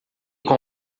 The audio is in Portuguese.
com